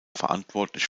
verantwortlich